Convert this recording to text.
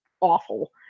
awful